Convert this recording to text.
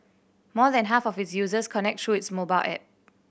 more than half of its users connect through its mobile app